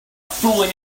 fooling